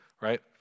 right